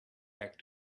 back